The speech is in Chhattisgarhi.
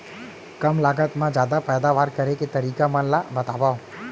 कम लागत मा जादा पैदावार करे के तरीका मन ला बतावव?